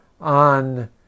On